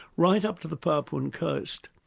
right up to the papuan coast.